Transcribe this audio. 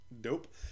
Dope